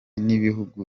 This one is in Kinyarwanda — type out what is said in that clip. n’ibihugu